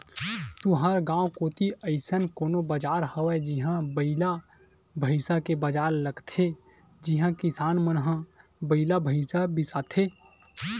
तुँहर गाँव कोती अइसन कोनो बजार हवय जिहां बइला भइसा के बजार लगथे जिहां किसान मन ह बइला भइसा बिसाथे